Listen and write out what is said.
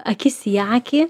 akis į akį